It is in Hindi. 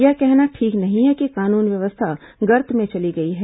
यह कहना ठीक नहीं है कि कानून व्यवस्था गर्त में चली गई है